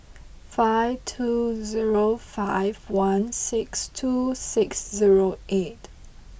five two zero five one six two six zero eight